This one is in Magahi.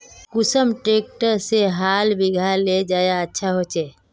कुन ट्रैक्टर से हाल बिगहा ले ज्यादा अच्छा होचए?